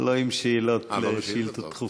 לא עם שאלות בשאילתות דחופות.